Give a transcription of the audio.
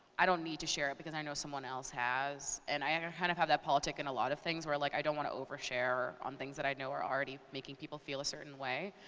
i don't need to share it because i know someone else has. and i i and kind of have that politick in a lot of things where like i don't wanna overshare on things that i know are already making people feel a certain way.